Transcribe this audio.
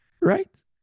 right